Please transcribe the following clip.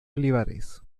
olivares